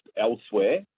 elsewhere